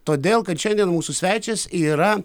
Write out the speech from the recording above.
todėl kad šiandien mūsų svečias yra